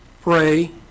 Pray